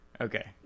okay